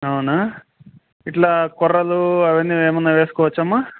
అవునా ఇట్లా కుర్రలు అవన్నీ ఏమన్నా వేసుకోవచ్చమ్మా